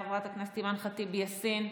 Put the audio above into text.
חברת הכנסת אימאן ח'טיב יאסין.